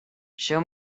show